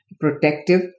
protective